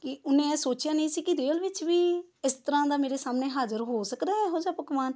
ਕਿ ਉਹਨੇ ਇਹ ਸੋਚਿਆ ਨਹੀਂ ਸੀ ਕਿ ਰੀਅਲ ਵਿੱਚ ਵੀ ਇਸ ਤਰ੍ਹਾਂ ਦਾ ਮੇਰੇ ਸਾਹਮਣੇ ਹਾਜ਼ਰ ਹੋ ਸਕਦਾ ਇਹੋ ਜਿਹਾ ਪਕਵਾਨ